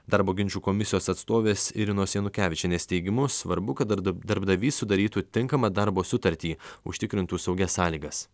darbo ginčų komisijos atstovės irinos janukevičienės teigimu svarbu kad darb darbdavys sudarytų tinkamą darbo sutartį užtikrintų saugias sąlygas